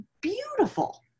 beautiful